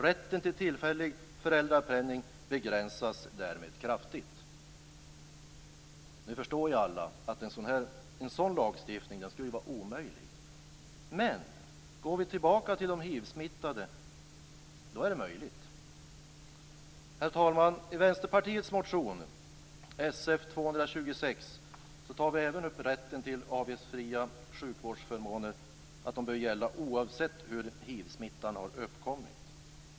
Rätten till tillfällig föräldrapenning skulle därmed kunna begränsas kraftigt. Ni förstår alla att en sådan lagstiftning skulle vara omöjlig. Men när det gäller de hivsmittade är motsvarande möjligt. Herr talman! I Vänsterpartiets motion Sf226 tar vi även upp att rätten till avgiftsfria sjukvårdsförmåner bör gälla oavsett hur hivsmittan har uppkommit.